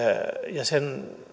ja sen